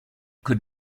could